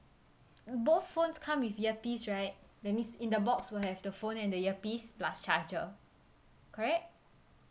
both phones come with earpiece right that means in the box will have the phone and the earpiece plus charger correct